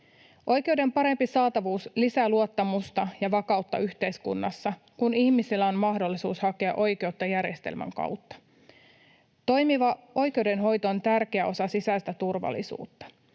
Oikeuden parempi saatavuus lisää luottamusta ja vakautta yhteiskunnassa, kun ihmisillä on mahdollisuus hakea oikeutta järjestelmän kautta. Toimiva oikeudenhoito on tärkeä osa sisäistä turvallisuutta.